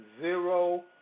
zero